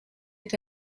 est